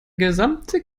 gesamte